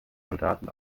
soldaten